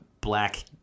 black